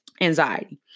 anxiety